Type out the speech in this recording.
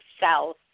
south